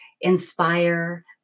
inspire